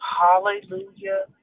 Hallelujah